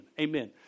Amen